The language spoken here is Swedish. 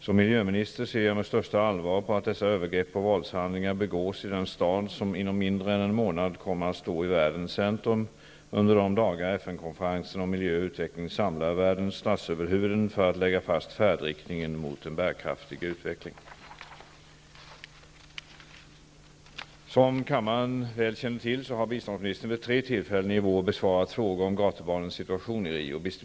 Som miljöminister ser jag med största allvar på att dessa övergrepp och våldshandlingar begås i den stad som inom mindre än en månad kommer att stå i världens centrum, under de dagar FN-konferensen om miljö och utveckling samlar världens statsöverhuvuden för att lägga fast färdriktningen mot en bärkraftig utveckling. Som kammaren väl känner till har biståndsministern vid tre tillfällen i vår besvarat frågor om gatubarnens situation i Rio.